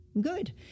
good